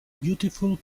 beautiful